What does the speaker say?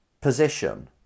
position